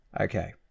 Okay